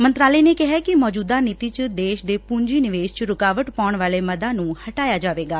ਮੰਤਰਾਲੇ ਨੇ ਕਿਹੈ ਕਿ ਮੌਜੁਦਾ ਨੀਤੀ ਚ ਦੇਸ਼ ਦੇ ਪੁੰਜੀ ਨਿਵੇਸ਼ ਚ ਰੁਕਾਵਟ ਪਾੱਉਣ ਵਾਲੇ ਮੱਦਾ ਨੂੰ ਹਟਾਇਆ ਜਾਵੇਗਾ